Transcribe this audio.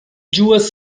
ĝuas